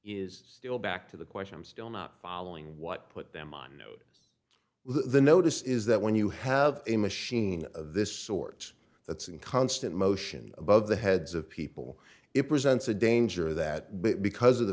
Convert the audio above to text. still back to the question i'm still not following what put them on the notice is that when you have a machine of this sort that's in constant motion above the heads of people it presents a danger that because of the